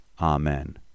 Amen